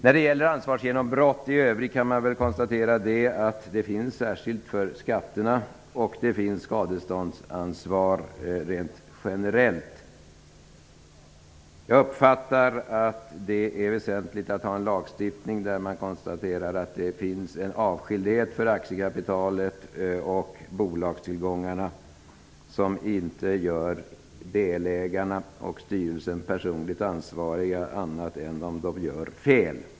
Vad gäller ansvarsgenombrott i övrigt kan man konstatera att sådant förekommer vad gäller obetalda skatter, och det finns skadeståndsansvar rent generellt. Jag uppfattar det som väsentligt att ha en lagstiftning där man konstaterar att det finns en avskildhet för aktiekapitalet och bolagstillgångarna, en lagstiftning som inte gör delägarna och styrelsen personligt ansvariga annat än om de gör fel.